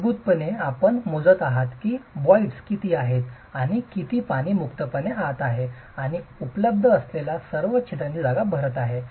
मूलभूतपणे आपण मोजत आहात की व्हॉईड्स किती आहेत आणि किती पाणी मुक्तपणे आत आहे आणि उपलब्ध असलेल्या सर्व छिद्रांची जागा भरत आहे